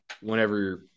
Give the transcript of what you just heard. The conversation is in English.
Whenever